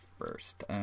first